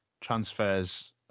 transfers